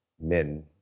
men